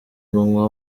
umunwa